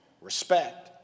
respect